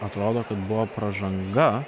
atrodo kad buvo pražanga